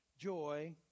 joy